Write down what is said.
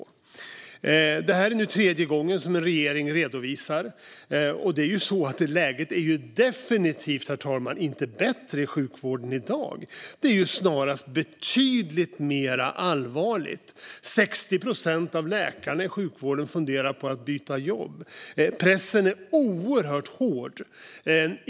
Det är nu tredje gången som en regering redovisar, och det är ju så, herr talman, att läget definitivt inte är bättre i sjukvården i dag. Det är snarast betydligt mer allvarligt. 60 procent av läkarna i sjukvården fungerar på att byta jobb. Pressen är oerhört hård.